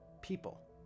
people